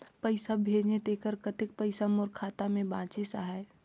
पइसा भेजे तेकर कतेक पइसा मोर खाता मे बाचिस आहाय?